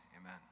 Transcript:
amen